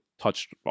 touched